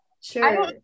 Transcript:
Sure